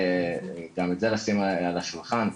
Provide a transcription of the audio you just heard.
צריך גם את זה לשים על השולחן.